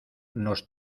nos